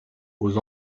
aux